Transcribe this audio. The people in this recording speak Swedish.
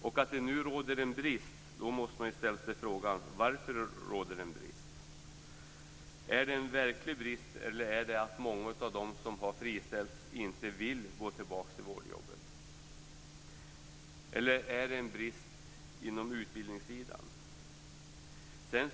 Om det nu råder en brist måste man ställa sig frågan: Varför råder det en brist? Är det en verklig brist, eller är det att många av dem som har friställts inte vill gå tillbaka till vårdjobben? Eller är det en brist inom utbildningsområdet?